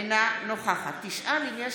אינה נוכחת האם יש